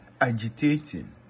agitating